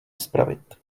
spravit